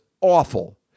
awful